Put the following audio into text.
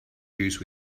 juice